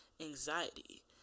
anxiety